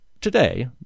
Today